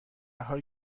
حالی